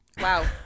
Wow